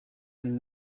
and